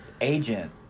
agent